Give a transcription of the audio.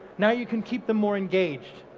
now you can keep them more engaged.